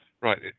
Right